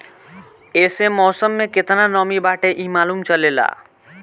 एसे मौसम में केतना नमी बाटे इ मालूम चलेला